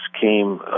came